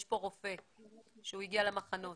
יש פה רופא שהיה במחנות